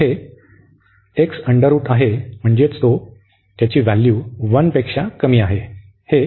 तर येथे x power अर्धी आहे जी 1 पेक्षा कमी आहे